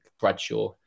Bradshaw